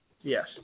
Yes